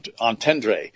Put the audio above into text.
entendre